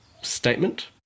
statement